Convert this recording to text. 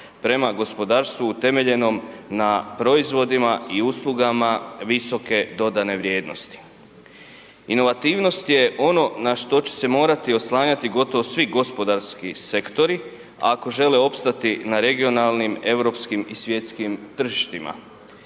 prema gospodarstvu utemeljenom na proizvodima i uslugama visoke dodane vrijednosti. Inovativnost je ono na što će se morati oslanjati gotovo svi gospodarski sektori ako žele opstati na regionalnim europskim i svjetskim tržištima.